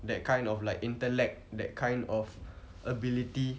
that kind of like intellect that kind of ability